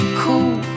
cool